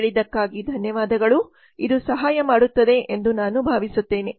ಕೇಳಿದ್ದಕ್ಕಾಗಿ ಧನ್ಯವಾದಗಳು ಇದು ಸಹಾಯ ಮಾಡುತ್ತದೆ ಎಂದು ನಾನು ಭಾವಿಸುತ್ತೇನೆ